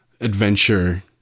adventure